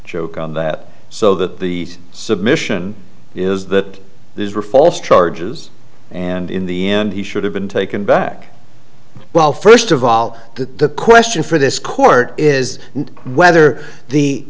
joke on that so that the submission is that these were false charges and in the end he should have been taken back well first of all the question for this court is whether the